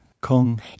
Kong